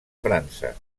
frança